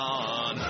on